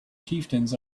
chieftains